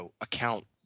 account